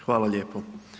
Hvala lijepo.